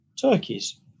Turkeys